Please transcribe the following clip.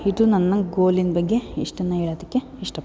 ಇದು ನನ್ನ ಗೋಲಿನ ಬಗ್ಗೆ ಇಷ್ಟನ್ನು ಹೇಳೋದಕ್ಕೆ ಇಷ್ಟಪಡ್ತೀವಿ